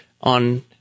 on